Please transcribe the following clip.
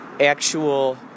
actual